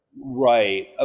Right